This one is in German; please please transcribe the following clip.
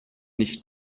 nicht